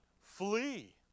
Flee